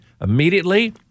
immediately